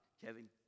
Kevin